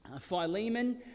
Philemon